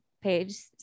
page